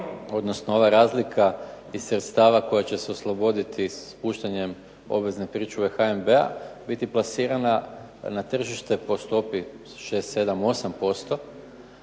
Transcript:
odnosno ova razlika iz sredstva koja će se osloboditi ispuštanjem obvezne pričuve HNB-a biti plasirana na tržište po stopi 6,7,8%